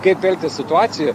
kaip elgtis situacijoje